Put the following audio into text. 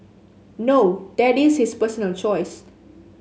no that is his personal choice